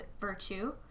virtue